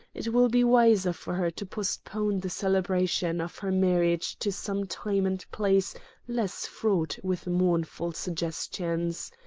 it will be wiser for her to postpone the celebration of her marriage to some time and place less fraught with mournful suggestions.